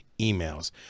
emails